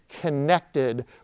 connected